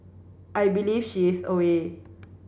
I believe she is away